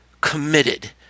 committed